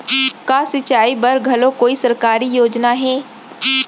का सिंचाई बर घलो कोई सरकारी योजना हे?